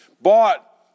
bought